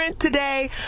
today